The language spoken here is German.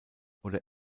oder